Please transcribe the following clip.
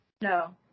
No